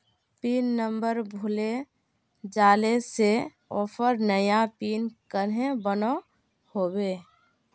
Pin number भूले जाले से ऑफर नया पिन कन्हे बनो होबे?